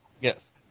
Yes